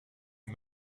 est